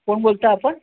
कोण बोलत आहे आपण